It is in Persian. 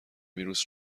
ویروس